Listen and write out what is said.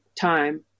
time